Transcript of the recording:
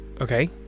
Okay